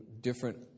different